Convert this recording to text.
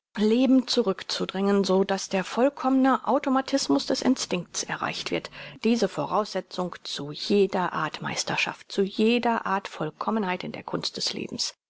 leben zurückzudrängen sodaß der vollkommne automatismus des instinkts erreicht wird diese voraussetzung zu jeder art meisterschaft zu jeder art vollkommenheit in der kunst des lebens